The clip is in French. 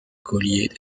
collier